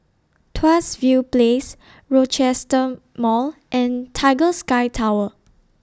Tuas View Place Rochester Mall and Tiger Sky Tower